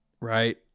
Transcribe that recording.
right